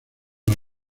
los